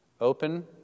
Open